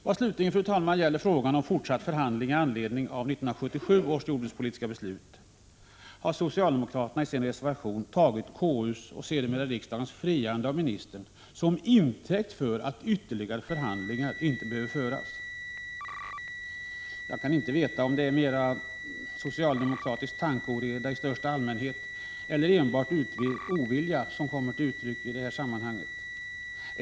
Vad slutligen, fru talman, gäller frågan om fortsatta förhandlingar med anledning av 1977 års jordbrukspolitiska beslut har socialdemokraterna i sin reservation tagit KU:s och sedermera riksdagens friande av ministern som intäkt för att ytterligare förhandlingar inte behöver föras. Jag kan inte veta om det är fråga om socialdemokratisk tankeoreda i största allmänhet eller om det enbart är ovilja som kommer till uttryck i detta sammanhang.